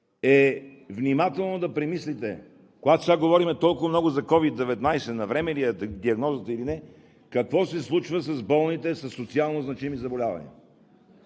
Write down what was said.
е внимателно да премислите, когато сега говорим толкова много за COVID-19 – навреме ли е диагнозата или не, какво се случва с болните със социалнозначими заболявания?